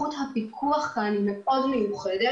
סמכות הפיקוח כאן היא מאוד מיוחדת,